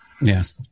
Yes